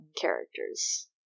characters